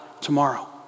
tomorrow